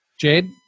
Jade